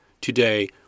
today